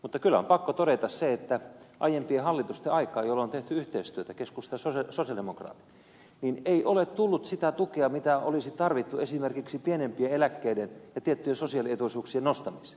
mutta kyllä on pakko todeta se että aiempien hallitusten aikaan jolloin on tehty yhteistyötä keskustan ja sosialidemokraattien kesken ei ole tullut sitä tukea mitä olisi tarvittu esimerkiksi pienempien eläkkeiden ja tiettyjen sosiaalietuuksien nostamiseen